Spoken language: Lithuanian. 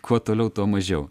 kuo toliau tuo mažiau